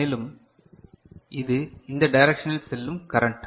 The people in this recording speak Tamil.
மேலும் இது இந்த டைரக்ஷனில் செல்லும் கரண்ட்